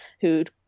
who'd